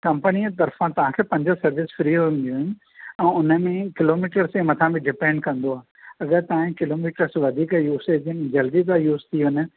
कंपनीअ जे तरफां तव्हां खे पंज सर्विस फ़्री हूंदियूं आहिनि अऊं हुन में किलोमीटर्स जे मथां बि डिपेंड कंदो आहे अगरि तव्हां किलोमीटर्स वधीक यूज़ था थियनि जल्दी था यूज़ थी वञनि